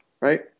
right